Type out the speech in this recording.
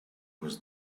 was